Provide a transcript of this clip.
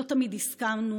לא תמיד הסכמנו,